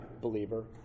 believer